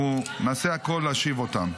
אנחנו נעשה הכול כדי להשיב אותם.